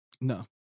No